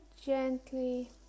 gently